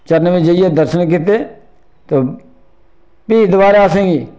चरणें बिच्च जाइयै दर्शन कीते ते फ्ही दबारा असें गी